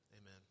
Amen